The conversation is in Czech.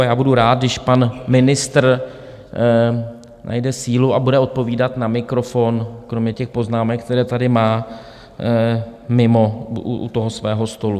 A budu rád, když pan ministr najde sílu a bude odpovídat na mikrofon, kromě těch poznámek, které tady má mimo u svého stolu.